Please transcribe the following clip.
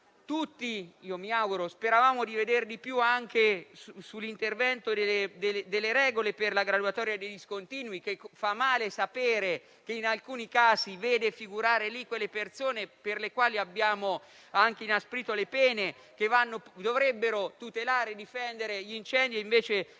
Tutti - mi auguro - speravamo di vedere di più anche con l'intervento sulle regole per la graduatoria dei discontinui, che - fa male sapere - in alcuni casi vede figurare persone per le quali abbiamo anche inasprito le pene, che dovrebbero tutelare e difendere gli incendi e invece li vanno